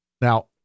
Now